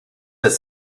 êtes